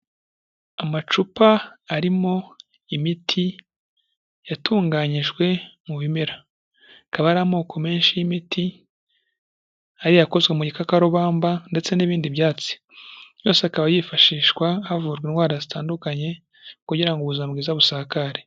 Amacupa arimo imiti yatunganyijwe mu bimera akaba ari amoko menshi y'imiti, hari ayakozwe mu gikakarubamba ndetse n'ibindi byatsi. Yose akaba yifashishwa havurwa indwara zitandukanye kugira ngo ubuzima bwiza busakare.